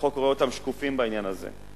החוק רואה אותם שקופים בעניין הזה,